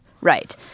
Right